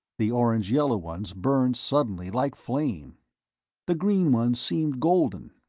the orange-yellow ones burned suddenly like flame the green ones seemed golden,